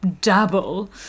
dabble